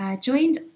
joined